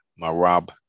Marab